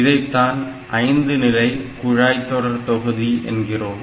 இதைத்தான் 5 நிலை குழாய்தொடர்தொகுதி என்கிறோம்